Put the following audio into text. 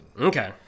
Okay